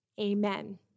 Amen